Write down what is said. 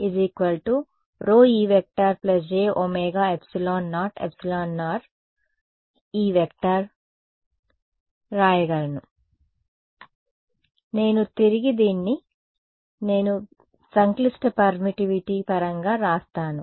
కాబట్టి ∇× HJ ∂D∂tEj ωε0εrE వ్రాయగలను నేను తిరిగి దీనిని నేను సంక్లిష్ట పర్మిటివిటీ పరంగా వ్రాస్తాను